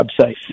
website